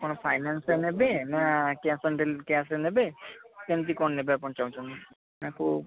କ'ଣ ଫାଇନାନ୍ସରେ ନେବେ ନା କ୍ୟାସ୍ ଅନ୍ କ୍ୟାସରେ ନେବେ କେମିତି କ'ଣ ନେବେ ଆପଣ ଚାହୁଁଛନ୍ତି ମାନେ କେଉଁ